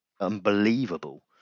unbelievable